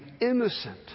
innocent